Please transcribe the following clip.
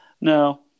No